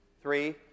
three